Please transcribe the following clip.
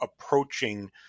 approaching